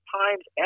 times